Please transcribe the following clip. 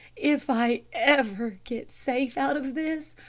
if i ever get safe out of this,